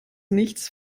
nichts